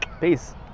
peace